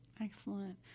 Excellent